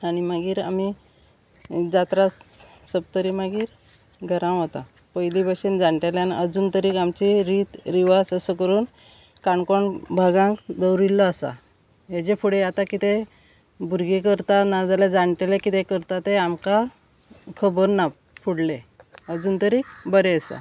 आनी मागीर आमी जात्रा सोप तरी मागीर घरां वता पयलीं भशेन जाणटेल्यान अजून तरी आमची रीत रिवाज असो करून काणकोण भागांत दवरिल्लो आसा हेजे फुडें आतां कितें भुरगीं करता नाजाल्यार जाणटेले कितें करता ते आमकां खबर ना फुडले अजून तरी बरें आसा